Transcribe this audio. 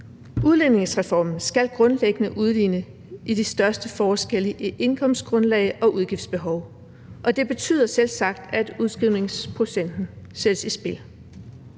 Udligningsreformen skal grundlæggende udligne i de største forskelle i indkomstgrundlag og udgiftsbehov. Og det betyder selvsagt, at udskrivningsprocenten sættes i spil.